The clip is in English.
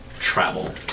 travel